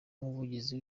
umuvugizi